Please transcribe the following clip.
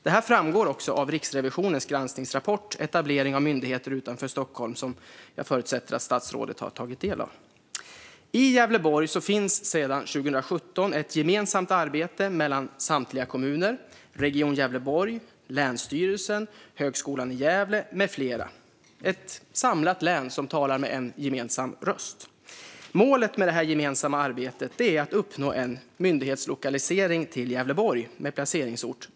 Detta framgår av Riksrevisionens granskningsrapport Etablering av myndigheter utanför Stockholm , som jag förutsätter att statsrådet har tagit del av. I Gävleborg finns det sedan 2017 ett gemensamt arbete mellan samtliga kommuner, Region Gävleborg, länsstyrelsen, Högskolan i Gävle med flera. Ett samlat län talar med en gemensam röst. Målet är att uppnå en myndighetslokalisering till Gävleborg med Bollnäs som placeringsort.